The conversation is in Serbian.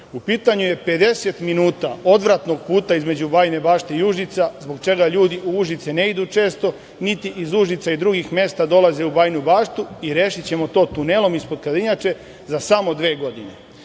u pitanju je 50 minuta odvratnog puta između Bajine bašte i Užica, zbog čega ljudi u Užice ne idu često, niti iz Užica i drugih mesta dolaze u Bajinu Baštu i rešićemo to tunelom ispod Kadinjače za samo dve godine.